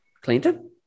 Clinton